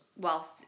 whilst